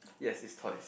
yes is toys